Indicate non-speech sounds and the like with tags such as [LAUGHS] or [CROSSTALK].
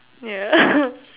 ya [LAUGHS]